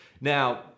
Now